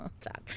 talk